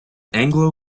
anglo